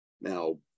Now